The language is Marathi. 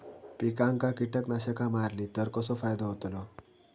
पिकांक कीटकनाशका मारली तर कसो फायदो होतलो?